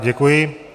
Děkuji.